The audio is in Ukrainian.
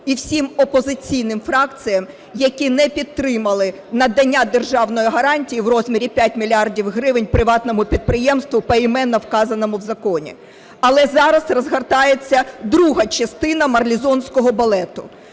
і всім опозиційним фракціям, які не підтримали надання державної гарантії у розмірі 5 мільярдів гривень приватному підприємству, поіменно вказаному в законі. Але зараз розгортається друга частина Марлезонського балету.